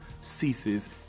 ceases